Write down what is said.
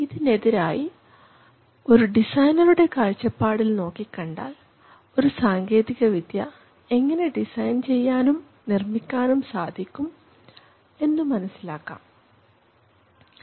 ഇതിനെതിരായി ഒരു ഡിസൈനറുടെ കാഴ്ചപ്പാടിൽ നോക്കികണ്ടാൽ ഒരു സാങ്കേതിക വിദ്യ എങ്ങനെ ഡിസൈൻ ചെയ്യാനും നിർമ്മിക്കാനും സാധിക്കും എന്നു മനസ്സിലാക്കാൻ സാധിക്കും